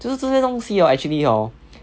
就是这些东西 hor actually hor